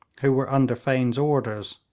who were under fane's orders,